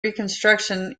reconstruction